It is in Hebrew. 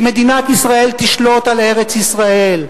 שמדינת ישראל תשלוט על ארץ-ישראל,